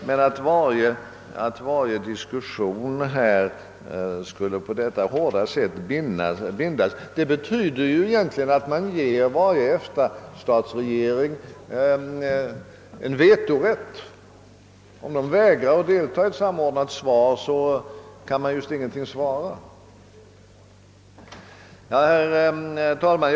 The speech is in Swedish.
Men att binda sig så hårt när det gäller överläggningar, betyder ju egentligen att varje EFTA-statsregering ges en vetorätt. Om någon EFTA stat vägrar att delta i ett samordnat svar rörande närmare prövning av vissa handlingslinjer kan en enskild EFTA stat — eller grupp av sådana — knappast agera alls.